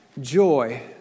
Joy